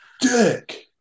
Dick